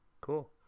Cool